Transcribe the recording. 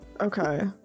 Okay